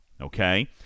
Okay